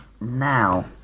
now